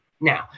Now